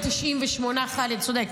אתה צודק,